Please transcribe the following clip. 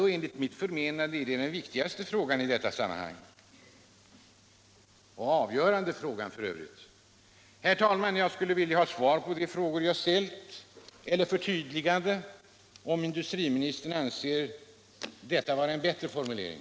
Enligt mitt förmenande är det den viktigaste och avgörande frågan i detta sammanhang. Herr talman! Jag skulle gärna vilja ha svar på de frågor jag ställt — eller förtydliganden, om industriministern anser det vara en bättre formulering.